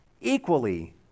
equally